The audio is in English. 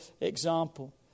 example